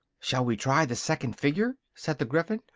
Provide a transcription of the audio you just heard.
shall we try the second figure? said the gryphon,